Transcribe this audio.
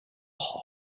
hall